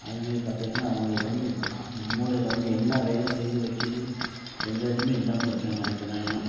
அதேமாதிரி பார்த்தீங்னா அவங்களுக்கு வந்து மூளையில் வந்து என்ன வேலை செய்து வைக்கிது எந்த இதுவுமே இல்லாமல் இருக்காங்க எனக்கென்னானு